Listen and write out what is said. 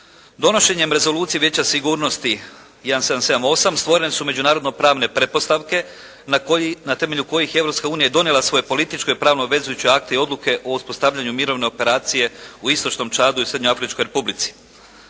Donošenjem Rezolucije Vijeća sigurnosti 1778 stvorene su međunarodno pravne pretpostavke na temelju kojih je Europska unija donijela svoje političke i pravno obvezujuće akte i odluke o uspostavljanju mirovne operacije u istočnom Čadu i Srednjoafričkoj Republici.